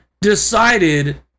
decided